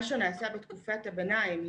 מה שנעשה בתקופת הביניים,